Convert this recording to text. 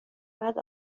بعد